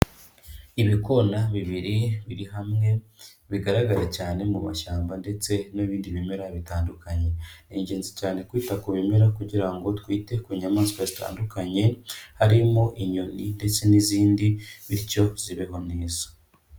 Ibikona bibiri biri hamwe, bigaragara cyane mu mashyamba ndetse n'ibindi bimera bitandukanye. Ni ingenzi cyane kwita ku bimera kugira ngo twite ku nyamaswa zitandukanye harimo inyoni ndetse n'izindi, bityo zibeho neza.